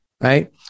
right